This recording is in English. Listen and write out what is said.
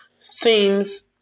seems